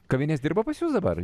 kavinės dirba pas jus dabar